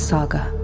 Saga